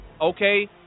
Okay